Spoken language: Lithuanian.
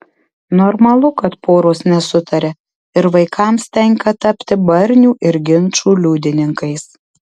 normalu kad poros nesutaria ir vaikams tenka tapti barnių ir ginčų liudininkais